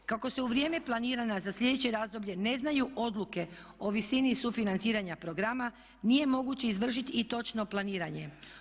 Kako se u vrijeme planiranja za slijedeće razdoblje ne znaju odluke o visini sufinanciranja programa nije moguće izvršiti i točno planiranje.